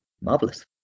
Marvelous